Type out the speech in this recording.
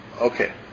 Okay